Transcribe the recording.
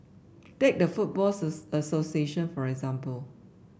take the football association for example